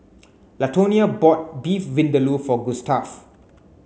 Latonia bought Beef Vindaloo for Gustaf